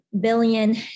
billion